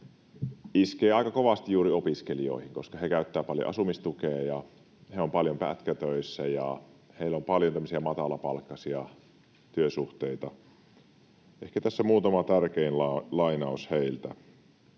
iskee aika kovasti juuri opiskelijoihin, koska he käyttävät paljon asumistukea ja he ovat paljon pätkätöissä ja heillä on paljon tämmöisiä matalapalkkaisia työsuhteita. Ehkä tässä muutama tärkein lainaus heiltä.